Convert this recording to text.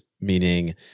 meaning